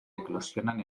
eclosionan